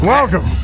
Welcome